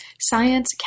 Science